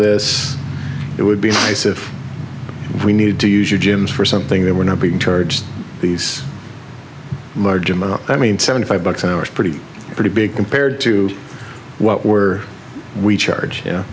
this it would be nice if we need to use your gyms for something that we're not being charged these large amount i mean seventy five bucks an hour is pretty pretty big compared to what were we charge